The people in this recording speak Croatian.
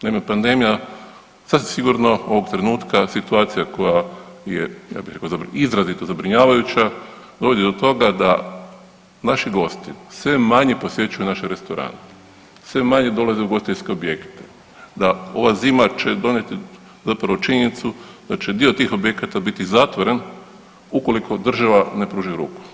Naime, pandemija sasvim sigurno ovog trenutka situacija koja je ja bih rekao izrazito zabrinjavajuća dovodi do toga da naši gosti sve manje posjećuju naše restorane, sve manje dolaze u ugostiteljske objekte, da ova zima će donijeti zapravo činjenicu da će dio tih objekata biti zatvoren ukoliko država ne pruži ruku.